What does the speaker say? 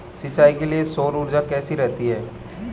सिंचाई के लिए सौर ऊर्जा कैसी रहती है?